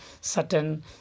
certain